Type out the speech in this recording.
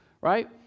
right